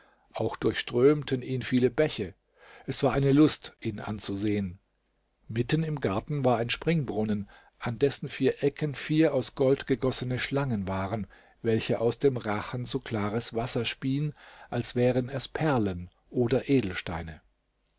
auch durchströmten ihn viele bäche es war eine lust ihn anzusehen mitten im garten war ein springbrunnen an dessen vier ecken vier aus gold gegossene schlangen waren welche aus dem rachen so klares wasser spien als wären es perlen oder